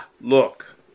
look